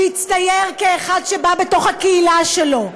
שהצטייר כאחד שבא מתוך הקהילה שלו,